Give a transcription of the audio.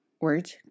word